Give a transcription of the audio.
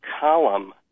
column